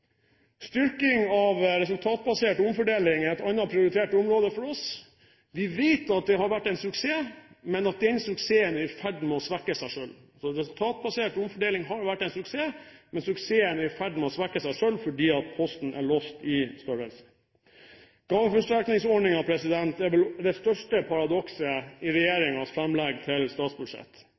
Styrking av resultatbasert omfordeling er et annet prioritert område for oss. Vi vet at det har vært en suksess, men at den suksessen er i ferd med å svekke seg selv. Resultatbasert omfordeling har altså vært en suksess, men suksessen er i ferd med å svekke seg selv, fordi posten er låst i størrelse. Gaveforsterkningsordningen er vel det største paradokset i regjeringens fremlegg til statsbudsjett.